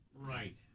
Right